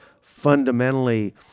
fundamentally